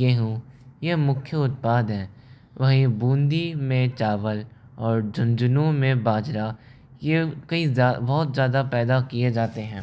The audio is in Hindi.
गेहूँ ये मुख्य उत्पाद हैं वहीं बूंदी में चावल और झुंझुनू में बाजरा ये कहीं बहुत ज़्यादा पैदा किए जाते हैं